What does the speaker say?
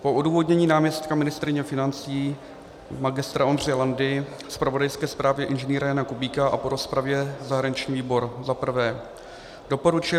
Po odůvodnění náměstka ministryně financí magistra Ondřeje Landy, zpravodajské zprávě inženýra Jana Kubíka a po rozpravě zahraniční výbor za prvé doporučuje